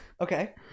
Okay